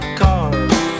cars